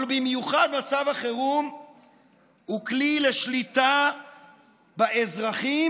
אבל מצב החירום הוא בייחוד כלי לשליטה באזרחים,